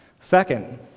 Second